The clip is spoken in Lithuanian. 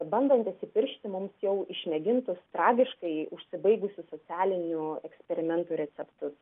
bandantys įpiršti mums jau išmėgintus tragiškai užsibaigusius socialinių eksperimentų receptus